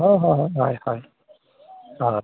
ᱦᱮᱸ ᱦᱮᱸ ᱦᱳᱭ ᱦᱳᱭ ᱦᱳᱭ